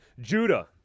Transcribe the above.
Judah